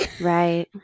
Right